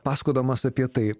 pasakodamas apie tai